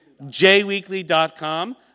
jweekly.com